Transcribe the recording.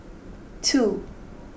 two